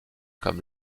comme